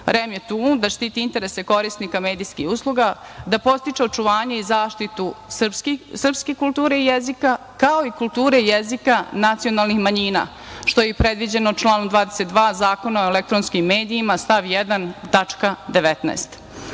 je tu da štiti interese korisnika medijskih usluga, da podstiče očuvanje i zaštitu srpske kulture i jezika, kao i kulture i jezika nacionalnih manjina, što je i predviđeno članom 22. Zakona o elektronskim medijima, a stav 1.